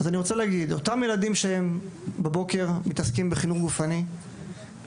אז אני רוצה להגיד: אותם ילדים שעוסקים בבוקר בחינוך גופני ופעילים